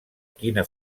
quina